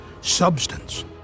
substance